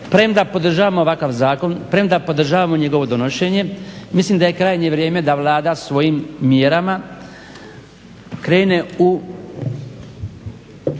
premda podržavamo ovakav zakon, premda podržavamo njegovo donošenje mislim da je krajnje vrijeme da Vlada svojim mjerama krene u